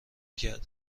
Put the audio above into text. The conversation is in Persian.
کرد